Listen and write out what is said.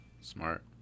Smart